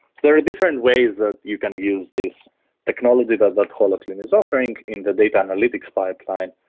there are different ways that you can use this technology that that holoclean is offering in the data analytics pipeline,